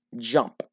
jump